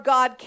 God